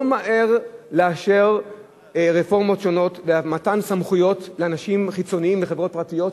לא מהר לאשר רפורמות שונות ומתן סמכויות לאנשים חיצוניים מחברות פרטיות,